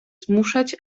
zmuszać